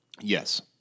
Yes